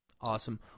Awesome